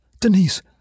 Denise